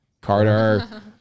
Carter